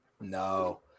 No